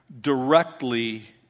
directly